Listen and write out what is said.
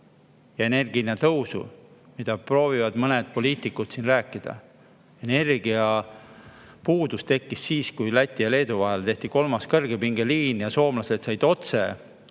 ja energia hinna tõusu, millest mõned poliitikud proovivad siin rääkida. Energiapuudus tekkis siis, kui Läti ja Leedu vahele tehti kolmas kõrgepingeliin ja soomlased said otse